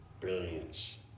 brilliance